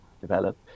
develop